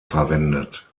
verwendet